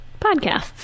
podcasts